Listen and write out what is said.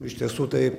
iš tiesų tai